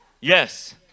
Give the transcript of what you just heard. Yes